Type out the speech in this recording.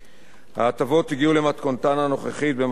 ההטבות הגיעו למתכונתן הנוכחית במהלך השנים,